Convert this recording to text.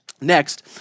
Next